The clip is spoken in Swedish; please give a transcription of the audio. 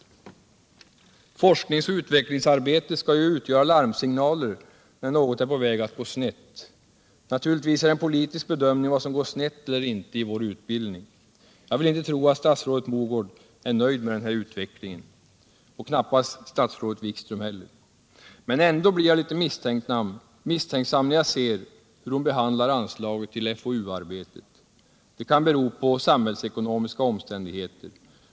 Forskningsoch utvecklingsarbetet skall ju utgöra larmsignaler när något är på väg att gå snett. Naturligtvis är det en politisk bedömning vad som går snett eller inte i vår utbildning. Jag vill inte tro att statsrådet Mogård är nöjd med den här utvecklingen — knappast statsrådet Wikström heller. Men ändå blir jag litet misstänksam när jag ser hur statsrådet Mogård behandlar anslaget till FoU-arbetet. Det kan bero på samhällsekonomiska omständigheter.